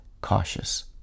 cautious